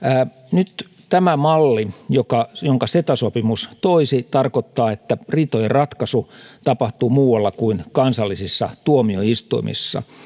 nyt tämä malli jonka ceta sopimus toisi tarkoittaa että riitojenratkaisu tapahtuu muualla kuin kansallisissa tuomioistuimissa